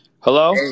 Hello